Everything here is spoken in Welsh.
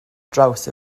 draws